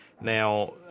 Now